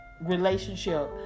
relationship